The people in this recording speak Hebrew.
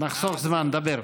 נחסוך זמן, דבר.